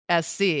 SC